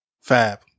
Fab